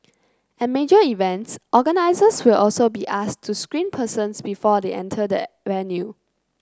at major events organizers will also be asked to screen persons before they enter the venue